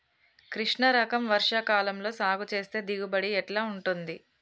కృష్ణ రకం వర్ష కాలం లో సాగు చేస్తే దిగుబడి ఎట్లా ఉంటది?